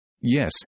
Yes